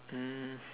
um